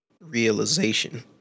realization